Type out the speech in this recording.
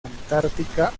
antártica